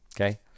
okay